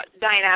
Diana